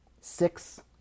six